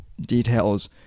details